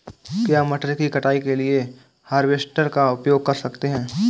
क्या मटर की कटाई के लिए हार्वेस्टर का उपयोग कर सकते हैं?